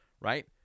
right